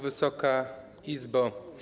Wysoka Izbo!